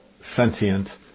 sentient